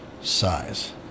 size